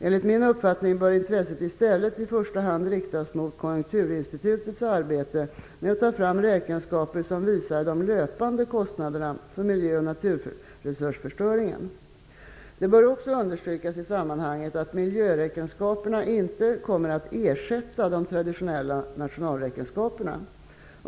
Enligt min uppfattning bör intresset istället i första hand riktas mot Konjunkturinstitutets arbete med att ta fram räkenskaper som visar de löpande kostnaderna för miljöoch naturresursförstöringen. Det bör också understrykas i sammanhanget att miljöräkenskaperna inte kommer att ersätta de traditionella nationalräkenskaperna.